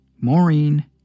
Maureen